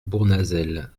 bournazel